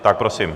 Tak prosím.